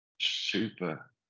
super